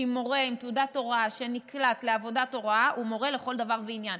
כי מורה עם תעודת הוראה שנקלט לעבודת הוראה הוא מורה לכל דבר ועניין.